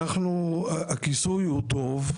הכיסוי היום הוא טוב,